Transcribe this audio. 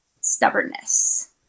stubbornness